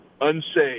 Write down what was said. unsaved